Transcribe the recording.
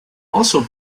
also